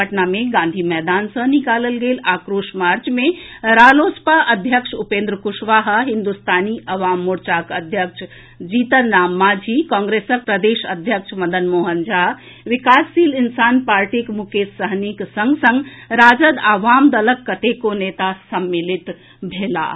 पटना मे गांधी मैदान सॅ निकालल गेल आक्रोश मार्च मे रालोसपा अध्यक्ष उपेन्द्र कुशवाहा हिन्दुस्तानी अवाम मोर्चाक अध्यक्ष जीतन राम मांझी कांग्रेसक प्रदेश अध्यक्ष मदन मोहन झा विकासशील इंसान पार्टीक मुकेश सहनीक संग संग राजद आ वाम दलक कतेको नेता सम्मिलित भेलाह